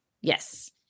yes